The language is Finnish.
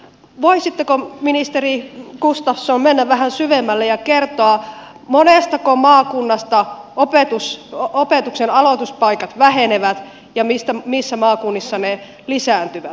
voisitteko ministeri gustafsson mennä vähän syvemmälle ja kertoa monestako maakunnasta opetuksen aloituspaikat vähenevät ja missä maakunnissa ne lisääntyvät